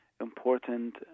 important